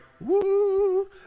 woo